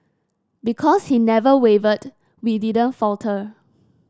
because he never wavered we didn't falter